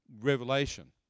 revelation